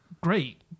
great